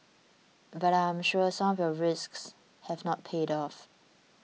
but I'm sure some risks have not paid off